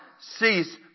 cease